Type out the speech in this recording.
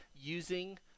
using